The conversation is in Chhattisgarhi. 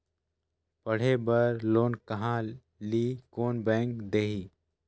पढ़े बर लोन कहा ली? कोन बैंक देही?